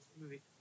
movie